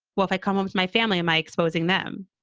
well, if i come home with my family and my exposing them,